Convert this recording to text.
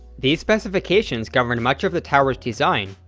these specifications governed much of the tower's design,